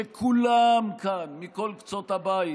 שכולם כאן, מכל קצות הבית,